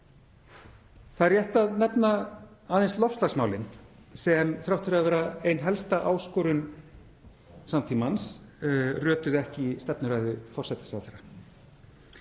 Það er rétt að nefna aðeins loftslagsmálin, sem þrátt fyrir að vera ein helsta áskorun samtímans rötuðu ekki í stefnuræðu forsætisráðherra.